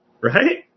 Right